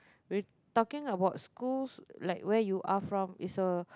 we're talking about schools like where you are from is a